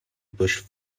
bush